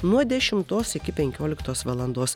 nuo dešimtos iki penkioliktos valandos